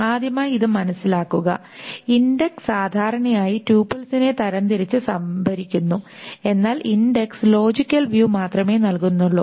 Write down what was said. ആദ്യമായി ഇത് മനസിലാക്കുക ഇൻഡക്സ് സാധാരണയായി ട്യൂപ്പിൾസിനെ തരംതിരിച്ച് സംഭരിക്കുന്നു എന്നാൽ ഇൻഡക്സ് ലോജിക്കൽ വ്യൂ മാത്രമേ നൽകുന്നുള്ളൂ